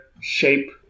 shape